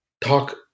talk